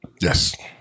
Yes